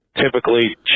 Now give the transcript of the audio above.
typically